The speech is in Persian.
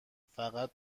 فقط